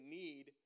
need